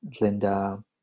linda